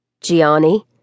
Gianni